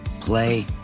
play